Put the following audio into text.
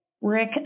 Rick